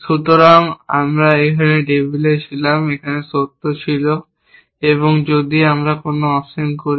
সুতরাং আমরা এখানে টেবিল এ ছিলাম এখানে সত্য ছিল এবং যদি আমি কোন অপশন করি